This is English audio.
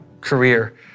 career